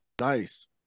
nice